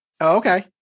Okay